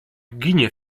ginie